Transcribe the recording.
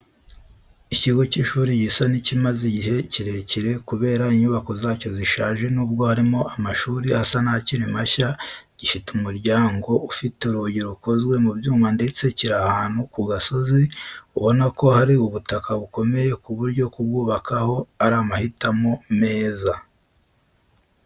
Ikigo cy'ishuri gisa n'ikimaz eigihe kirekire kubera inyubako zacyo zishaje nubwo harimo amashuri asa nakiri mashya. Gifite umuryango ufite urugi rukozwe mu byuma ndetse kiri ahantu ku gasozi ubona ko hari ubutaka bukomeye ku buryo kubwubakaho ari amahitamo meza.